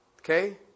Okay